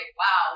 wow